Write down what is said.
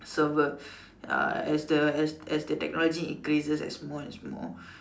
server uh as the as the technology increases as more as more